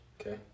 Okay